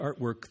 artwork